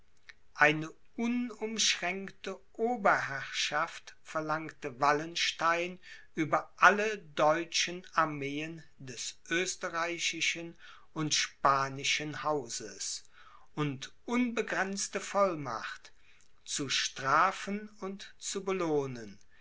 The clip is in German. eine unumschränkte oberherrschaft verlangte wallenstein über alle deutschen armeen des österreichischen und spanischen hauses und unbegrenzte vollmacht zu strafen und zu belohnen